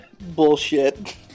bullshit